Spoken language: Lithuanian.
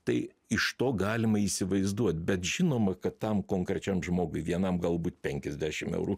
tai iš to galima įsivaizduot bet žinoma kad tam konkrečiam žmogui vienam galbūt penkiasdešim eurų